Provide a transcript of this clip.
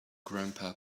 grandpa